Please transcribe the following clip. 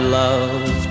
love